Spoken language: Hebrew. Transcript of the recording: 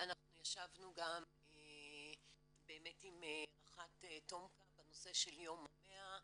ישבנו עם רח"ט תומכ"א בנושא של יום ה-100,